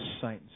saints